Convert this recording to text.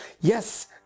Yes